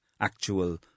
Actual